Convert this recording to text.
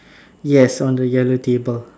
yes on the yellow table